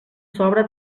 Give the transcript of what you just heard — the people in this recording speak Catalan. sobre